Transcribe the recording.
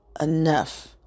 enough